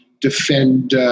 defend